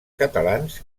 catalans